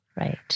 Right